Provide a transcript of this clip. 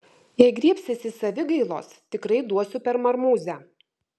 jei griebsiesi savigailos tikrai duosiu per marmūzę